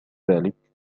ذلك